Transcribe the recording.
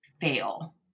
fail